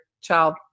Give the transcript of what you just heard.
child